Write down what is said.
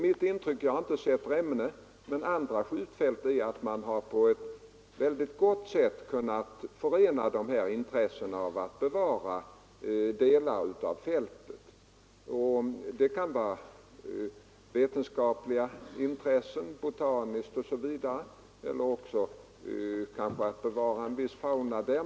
Jag har inte sett Remmene men väl andra skjutfält, och mitt intryck är att man på ett mycket bra sätt har kunnat förena de militära intressena och intresset av att bevara delar av fälten. Det kan gälla vetenskapliga — t.ex. botaniska — intressen eller önskvärdheten av att bevara en viss fauna.